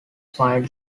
find